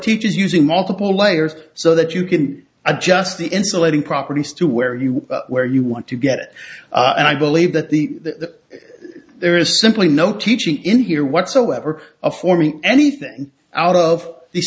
teaches using multiple layers so that you can adjust the insulating properties to where you where you want to get it and i believe that the the there is simply no teaching in here whatsoever of forming anything out of the